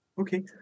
Okay